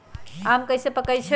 आम कईसे पकईछी?